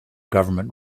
government